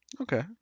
Okay